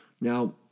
Now